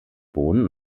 bohnen